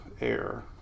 air